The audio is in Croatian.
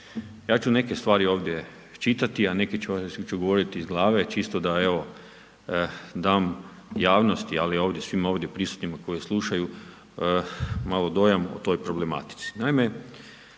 Ja ću neke stvari ovdje čitati, a neke ću govoriti iz glave, čisto da evo, dam javnosti ali i svim ovdje prisutnima, koji slušaju, malo dojam o toj problematici.